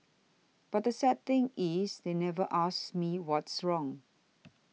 but the sad thing is they never asked me what's wrong